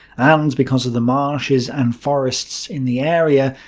and because of the marshes and forests in the area,